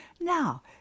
Now